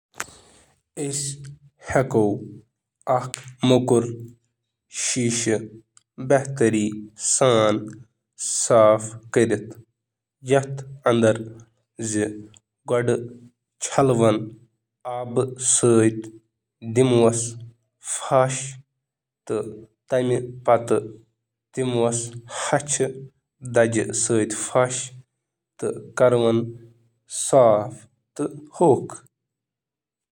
Spray بوتلہِ منٛز کٔرِو اکھ کپ آب، اکھ کپ سرکہ تہٕ اکھ چائے ہُنٛد چمچ ڈش صابن رَلٲوِتھ۔ رلاونہٕ باپت کْریو نرمی سان شیک۔ حل کٔرِو سیوٚدُے شیشہِ پٮ۪ٹھ لاگو تہٕ دِیِو یہِ کینٛہَن سیکنڈَن تام بِہِتھ۔ شیشہِ پٮ۪ٹھ کٔرِو سپرے یا تہِ مایکرو فایبر پلو یا اخبار سۭتۍ دوٗر۔